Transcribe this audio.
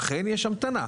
אכן יש המתנה.